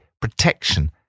protection